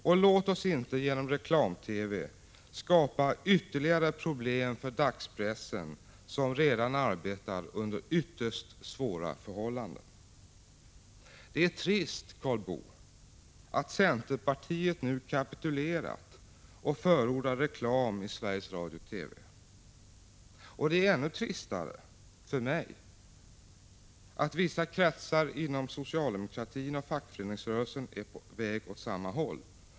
Och låt oss inte genom reklam-TV skapa ytterligare problem för dagspressen, som redan arbetar under ytterst svåra förhållanden. Det är trist, Karl Boo, att centerpartiet nu kapitulerat och förordar reklam i Sveriges Radio/TV. Och det är ännu tristare för mig att vissa kretsar inom socialdemokratin och fackföreningsrörelsen är på väg åt samma håll.